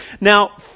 Now